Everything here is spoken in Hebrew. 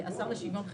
השר לשוויון חברתי.